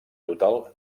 total